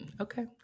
okay